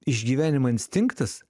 išgyvenimo instinktas